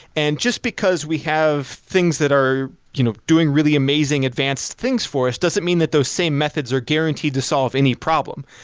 and just because we have things that are you know doing really amazing advanced things for us doesn't mean that those same methods are guaranteed to solve any problem.